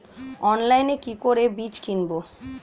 অনলাইনে কি করে বীজ কিনব?